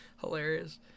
Hilarious